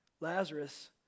Lazarus